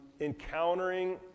encountering